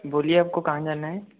बोलिए आपको कहाँ जाना है